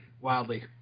wildly